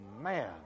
man